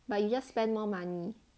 but you just spend more money